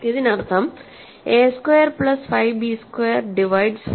ഇതിനർത്ഥം A square plus 5 B square divides 4